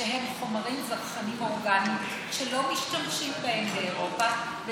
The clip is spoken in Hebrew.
שהם חומרים זרחניים אורגניים שלא משתמשים בהם באירופה.